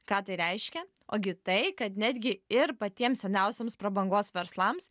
ką tai reiškia ogi tai kad netgi ir patiems seniausiems prabangos verslams